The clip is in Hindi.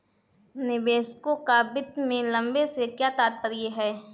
निवेशकों का वित्त में लंबे से क्या तात्पर्य है?